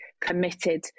committed